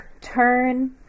turn